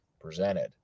presented